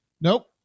Nope